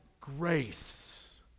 grace